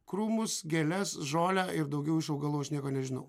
krūmus gėles žolę ir daugiau iš augalų aš nieko nežinau